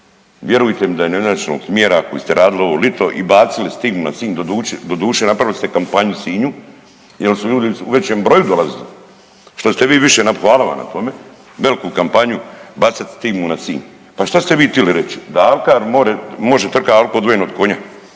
Vjerujte mi da je neujednačenog smjera koji ste radili ovo lito i bacili …/nerazumljivo/… doduše napravili ste kampanju Sinju jer su ljudi u većem broju dolazili. Što ste vi više, hvala vam na tome, veliku kampanju bacat stigmu na Sinj. Pa šta ste vi tili riči, da alkar može trkat alku odvojen od konja.